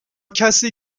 کسی